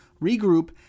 regroup